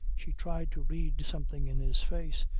she tried to read something in his face,